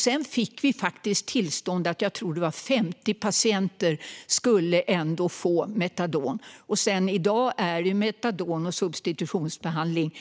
Sedan fick vi faktiskt tillstånd för att - tror jag - 50 patienter ändå skulle få metadon. I dag har vi ju metadon och substitutionsbehandling